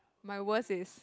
my worst is